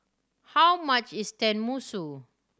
how much is Tenmusu